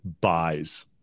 buys